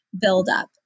buildup